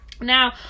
Now